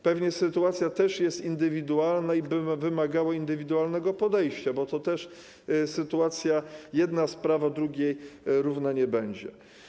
Pewnie sytuacja też jest indywidualna i wymagałaby indywidualnego podejścia, bo też jedna sprawa drugiej równa nie będzie.